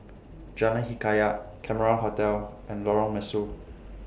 Jalan Hikayat Cameron Hotel and Lorong Mesu